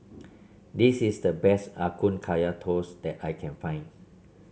this is the best Ya Kun Kaya Toast that I can find